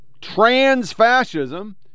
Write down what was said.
Trans-fascism